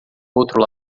outro